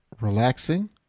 relaxing